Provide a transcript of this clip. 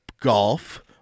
golf